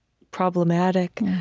problematic.